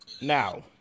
now